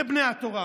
לבני התורה.